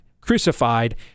crucified